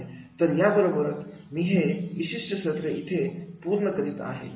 तर याबरोबरच मी हे विशिष्ट सत्र इथे पूर्ण करीत आहे